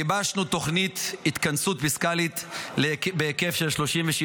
גיבשנו תוכנית התכנסות פיסקלית בהיקף של 37